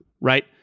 right